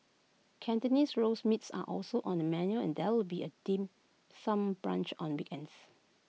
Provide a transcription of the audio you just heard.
Cantonese Roast Meats are also on the menu and there will be A dim sum brunch on weekends